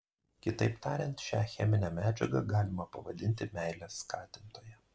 kitaip tariant šią cheminę medžiagą galima pavadinti meilės skatintoja